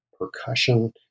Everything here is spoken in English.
Percussion